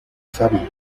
sabio